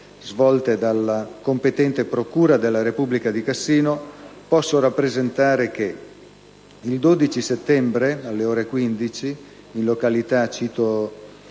Grazie